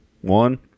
one